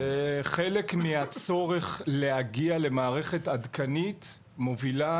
חלק מהצורך להגיע למערכת עדכנית מובילה